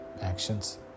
actions